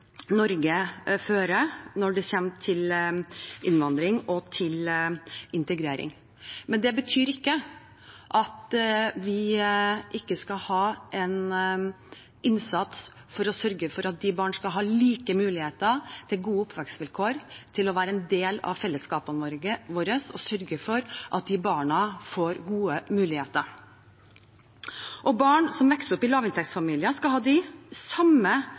Norge fører når det gjelder innvandring og integrering, men det betyr ikke at vi ikke skal gjøre en innsats for å sørge for at de barna skal ha like muligheter for gode oppvekstvilkår, til å være en del av fellesskapene våre – og sørge for at de barna får gode muligheter. Barn som vokser opp i lavinntektsfamilier, skal ha de samme